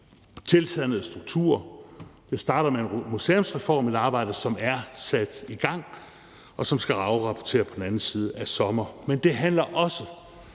tilsandede strukturer. Det starter med en museumsreform, et arbejde, som er sat i gang, og som skal afrapportere på den anden side af sommeren. Men det handler også